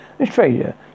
australia